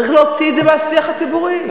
צריך להוציא את זה מהשיח הציבורי.